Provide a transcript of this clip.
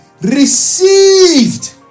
received